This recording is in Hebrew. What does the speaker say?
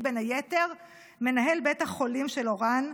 בין היתר מנהל בית החולים של אוראן,